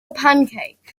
pancake